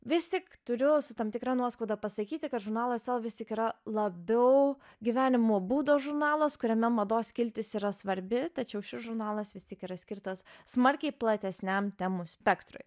vis tik turiu su tam tikra nuoskauda pasakyti kad žurnalą visi yra labiau gyvenimo būdo žurnalas kuriame mados skiltis yra svarbi tačiau šis žurnalas vis tiek yra skirtas smarkiai platesniam temų spektrui